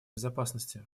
безопасности